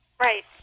Right